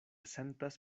sentas